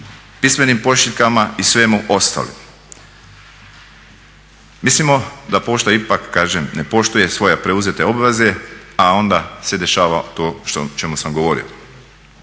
pismenim pošiljkama i svemu ostalom. Mislimo da pošta ipak, kažem, ne poštuje svoje preuzete obveze a onda se dešava to što o čemu sam govorio.